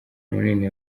munini